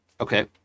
Okay